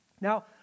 Now